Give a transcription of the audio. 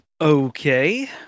Okay